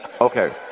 Okay